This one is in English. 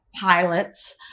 pilots